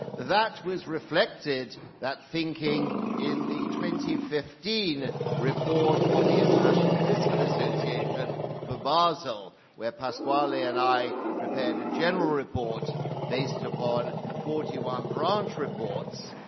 that was reflected, that thinking, in the two fifteen report of the international fiscal association for basel, where pasquale and i prepared a general report based upon forty one branch reports,